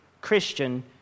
Christian